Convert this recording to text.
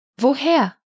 Woher